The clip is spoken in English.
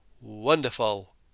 wonderful